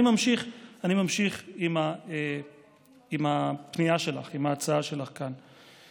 אני ממשיך עם הפנייה שלך, עם הצעה שלך כאן.